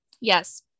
yes